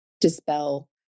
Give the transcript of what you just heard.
dispel